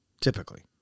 typically